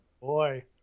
Boy